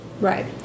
Right